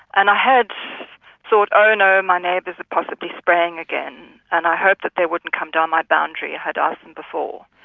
and i had thought, oh no, my neighbours are possibly spraying again and i hoped that they wouldn't come down my boundary, i had asked them before.